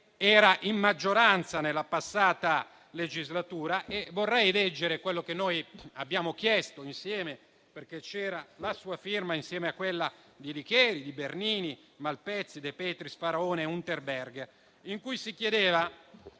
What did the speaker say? era in maggioranza nella passata legislatura. Vorrei leggere ciò che noi abbiamo chiesto insieme, perché c'era la sua firma, insieme a quella dei senatori Licheri, Bernini, Malpezzi, De Petris, Faraone e Unterberger. Si chiedeva,